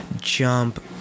Jump